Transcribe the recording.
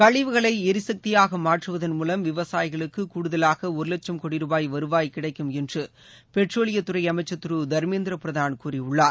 கழிவுகளை எரிசக்தியாக மாற்றுவதன் மூலம் விவசாயிகளுக்கு கூடுதலாக ஒரு வட்சம் கோடி ருபாய் வருவாய் கிடைக்கும் என்று பெட்ரோலியத்துறை அமைச்சர் திரு தர்மேந்திர பிரதான் கூறியுள்ளார்